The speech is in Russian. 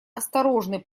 осторожный